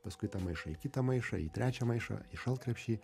paskui tą maišą į kitą maišą į trečią maišą į šalt krepšį